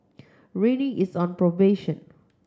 Rene is on promotion